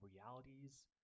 realities